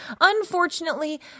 unfortunately